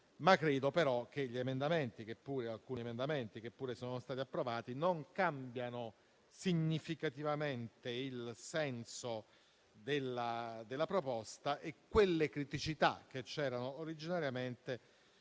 credo che alcuni emendamenti che pure sono stati approvati non cambino significativamente il senso della proposta e le criticità che c'erano originariamente